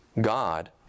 God